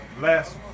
last